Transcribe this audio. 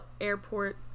airport